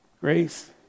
grace